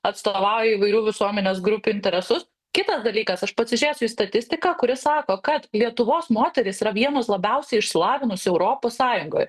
atstovauja įvairių visuomenės grupių interesus kitas dalykas aš pasižiūrėsiu į statistiką kuri sako kad lietuvos moterys yra vienos labiausiai išsilavinusių europos sąjungoj